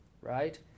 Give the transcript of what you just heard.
right